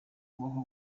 kubaho